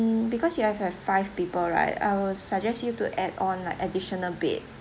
because you have have five people right I will suggest you to add on like additional bed